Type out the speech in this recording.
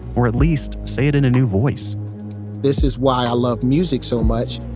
or at least. say it in a new voice this is why i love music so much,